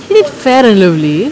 she did Fair & Lovely